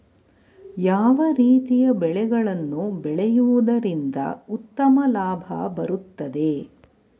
ಯಾವ ರೀತಿಯ ಬೆಳೆಗಳನ್ನು ಬೆಳೆಯುವುದರಿಂದ ಉತ್ತಮ ಲಾಭ ಬರುತ್ತದೆ?